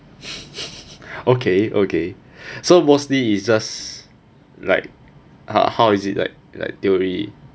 okay okay so mostly it's just like how how is it like like theory